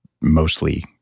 mostly